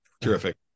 terrific